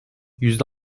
yüzde